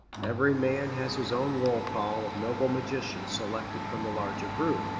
every man has his own roll call of noble magicians selected from the larger group.